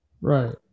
Right